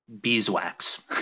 beeswax